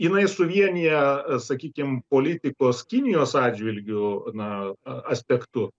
jinai suvienija sakykim politikos kinijos atžvilgiu na aspektu